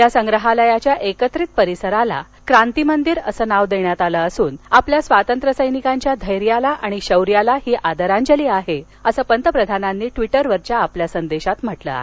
या संग्रहालयाच्या एकत्रित परिसराला क्रांती मंदिर असं नाव देण्यात आलं असून आपल्या स्वातंत्र्यसैनिकांच्या धैर्याला आणि शौर्याला ही आदरांजली आहे असं पंतप्रधानांनी ट्विटरवरील संदेशात म्हटलं आहे